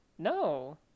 No